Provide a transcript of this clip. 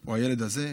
או הילד הזה.